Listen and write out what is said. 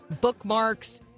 bookmarks